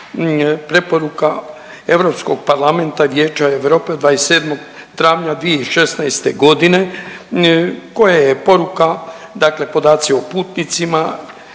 preporuka Europskog parlamenta, Vijeća Europe 27. travnja 2016. godine koja je poruka, dakle podaci o putnicima